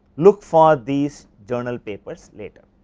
look for these journal papers later.